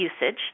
usage